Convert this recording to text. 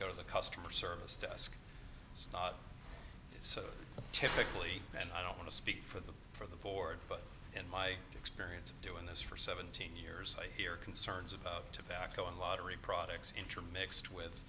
go to the customer service desk so typically and i don't want to speak for the for the board in my experience of doing this for seventeen years i hear concerns about tobacco and lottery products intermixed with